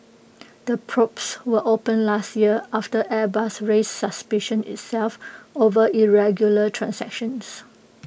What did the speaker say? the probes were opened last year after airbus raised suspicions itself over irregular transactions